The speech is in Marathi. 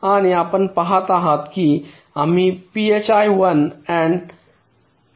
आणि आपण पहात आहात की आपण phi 1 आणि phi 2 वापरत आहात